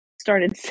started